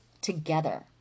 together